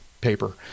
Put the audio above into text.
paper